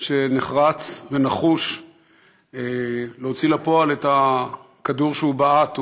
שנחרץ ונחוש להוציא לפועל את הכדור שהוא בעט.